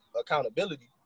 accountability